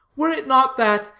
were it not that,